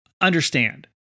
understand